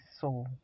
soul